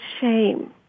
shame